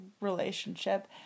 relationship